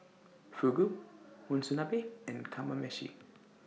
Fugu Monsunabe and Kamameshi